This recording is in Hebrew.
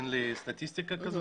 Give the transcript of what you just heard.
אין לי סטטיסטיקה כזו,